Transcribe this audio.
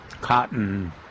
cotton